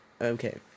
Okay